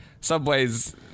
Subway's